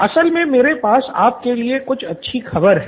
असल मे मेरे पास आपके लिए कुछ अच्छी खबर है